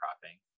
cropping